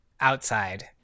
outside